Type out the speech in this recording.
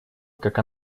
как